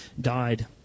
died